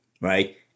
right